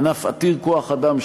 ענף עתיר כוח-אדם,